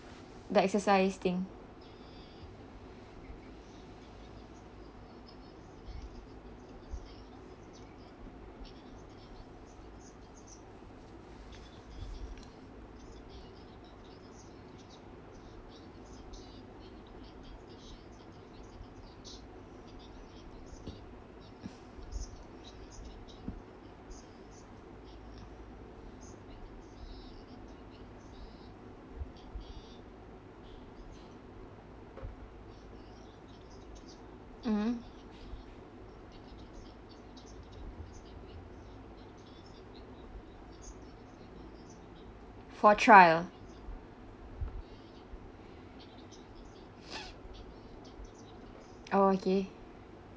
the exercise thing mmhmm for trial oh okay